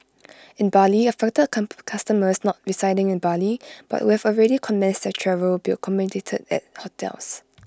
in Bali affected customers not residing in Bali but who have already commenced their travel will be accommodated at hotels